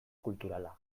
kulturala